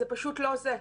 זה פשוט לא זה.